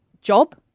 job